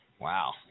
Wow